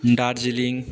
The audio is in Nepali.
दार्जिलिङ